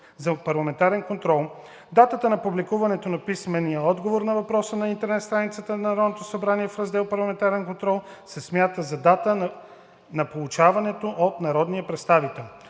за парламентарен контрол. Датата на публикуването на писмения отговор на въпроса на интернет страницата на Народното събрание в раздел „Парламентарен контрол“ се смята за дата на получаването от народния представител.